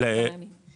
שבעה ימים.